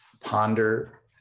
ponder